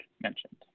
mentioned